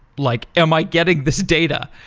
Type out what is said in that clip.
like am i getting this data?